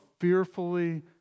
fearfully